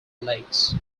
lakes